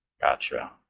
Gotcha